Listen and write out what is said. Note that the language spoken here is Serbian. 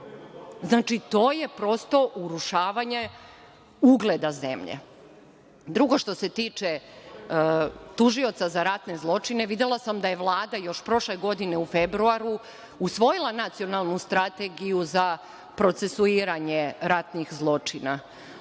tačno? To je prosto urušavanje ugleda zemlje. Drugo što se tiče tužioca za ratne zločine, videla sam da je Vlada još prošle godine u februaru usvojila Nacionalnu strategiju za procesuiranje ratnih zločina.